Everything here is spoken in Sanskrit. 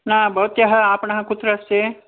न भवत्याः आपणः कुत्र अस्ति